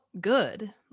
good